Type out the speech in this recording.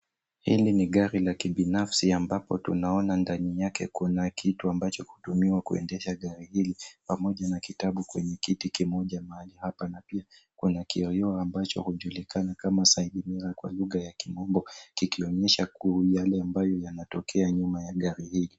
Hili ni gari la kibinafsi ambapo tunaona ndani yake kuna kitu ambacho hutumiwa kuendesha gari hili; pamoja na kitabu kwenye kiti kimoja mahali hapa na pia kuna kioo ambacho hujulika kama side mirror kwa lugha ya kimombo kikionyesha yale ambayo yanatokea nyuma gari hii.